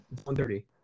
1.30